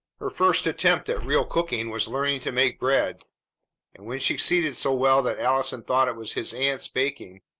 her first attempt at real cooking was learning to make bread and, when she succeeded so well that allison thought it was his aunt's baking,